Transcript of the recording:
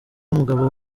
umugabo